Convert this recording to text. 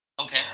Okay